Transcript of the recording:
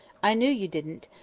i knew you didn't.